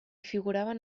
figuraven